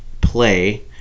play